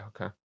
okay